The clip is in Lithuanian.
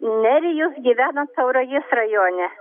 nerijus gyvena tauragės rajone